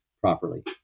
properly